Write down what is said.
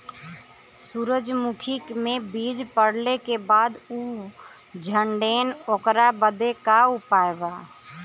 सुरजमुखी मे बीज पड़ले के बाद ऊ झंडेन ओकरा बदे का उपाय बा?